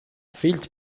fills